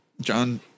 John